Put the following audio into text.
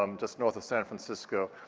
um just north of san francisco,